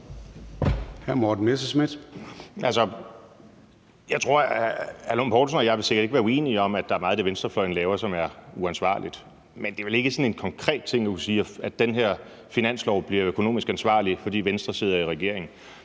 Hr. Troels Lund Poulsen og jeg vil sikkert ikke være uenige om, at der er meget af det, venstrefløjen laver, som er uansvarligt, men det er vel ikke sådan en konkret ting at sige, at den her finanslov bliver økonomisk ansvarlig, fordi Venstre sidder i regering?